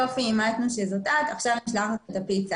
אז אימתו את הקישור.